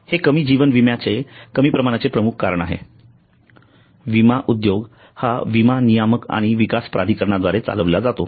हे कमी जीवन विम्याच्या कमी प्रमाणाचे प्रमुख कारण आहे विमा उद्योग हा विमा नियामक आणि विकास प्राधिकरणाद्वारे चालविला जातो